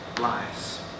lives